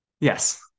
Yes